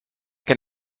que